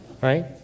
Right